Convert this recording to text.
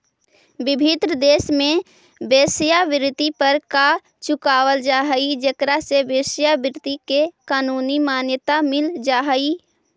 विभिन्न देश में वेश्यावृत्ति पर कर चुकावल जा हई जेकरा से वेश्यावृत्ति के कानूनी मान्यता मिल जा हई